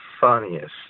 Funniest